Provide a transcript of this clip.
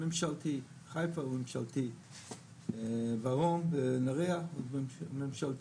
ממשלתי, חיפה הוא ממשלתי, דרום, בנהריה ממשלתי,